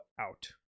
out